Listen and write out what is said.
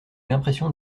l’impression